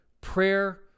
prayer